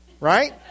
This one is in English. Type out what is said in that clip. Right